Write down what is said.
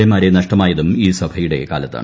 എമാരെ നഷ്ടമായതും ഈ സഭയുടെ കാലത്താണ്